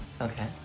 Okay